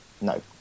no